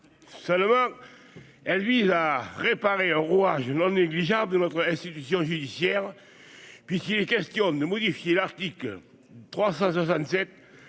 seulement elle lui la réparer un rouage non négligeable de notre institution judiciaire puisqu'il est question de modifier l'article 377